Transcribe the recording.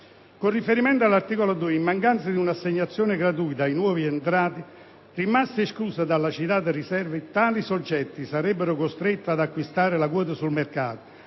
Con riferimento all'articolo 2, in mancanza di un'assegnazione gratuita ai nuovi entranti rimasti esclusi dalla citata riserva, tali soggetti sarebbero costretti ad acquistare le quote sul mercato,